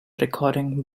recording